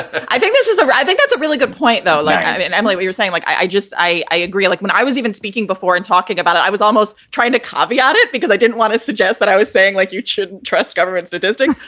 i think this is a i think that's a really good point, though like but and emily, what you're saying, like, i just i i agree. like when i was even speaking before and talking about it, i was almost trying to caveat it because i didn't want to suggest that i was saying, like, you shouldn't trust government statistics.